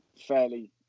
fairly